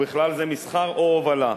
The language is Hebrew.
ובכלל זה מסחר או הובלה.